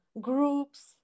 groups